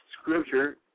scripture